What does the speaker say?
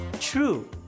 True